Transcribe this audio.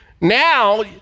Now